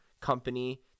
company